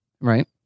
Right